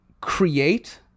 create